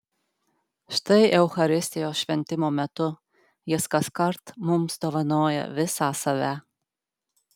štai eucharistijos šventimo metu jis kaskart mums dovanoja visą save